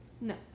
No